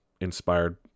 inspired